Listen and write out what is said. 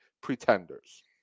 pretenders